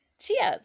Cheers